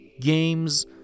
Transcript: Games